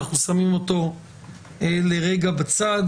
אנחנו שמים אותו לרגע בצד.